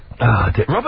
Robert